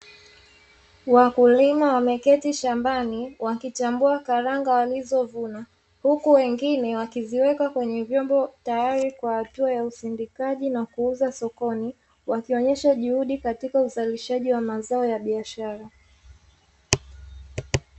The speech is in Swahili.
Wakulima wameketi shambani wakichambua karanga walizovuna, huku wengine wakiziweka kwenye vyombo tayari kwa hatua ya usindikaji na kuuza sokoni, wakionyesha juhudi katika uzalishaji wa mazao ya biashara.